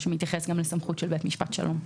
שמתייחס גם לסמכות של בית משפט שלום.